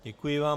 Děkuji vám.